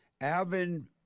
Alvin